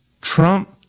Trump